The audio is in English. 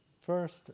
First